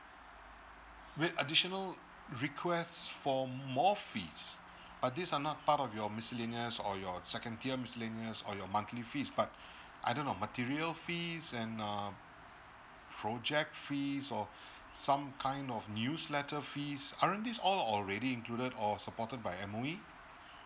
with additional request for more fees but these are not part of your miscellaneous or your second tier miscellaneous or your monthly fees but I don't know material fees and um project fees or some kind of newsletter fees currently aren't all these already included or supported by M_O_E